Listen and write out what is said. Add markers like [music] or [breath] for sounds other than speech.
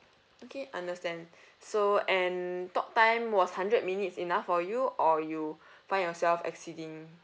okay understand [breath] so and talk time was hundred minutes enough for you or you [breath] find yourself exceeding